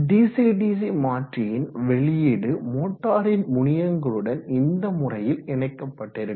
DC DC மாற்றியின் வெளியீடு மோட்டாரின் முனையங்களுடன் இந்த முறையில் இணைக்கப்பட்டிருக்கும்